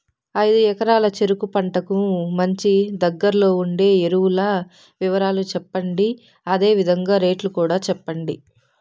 ఐదు ఎకరాల చెరుకు పంటకు మంచి, దగ్గర్లో ఉండే ఎరువుల వివరాలు చెప్పండి? అదే విధంగా రేట్లు కూడా చెప్పండి?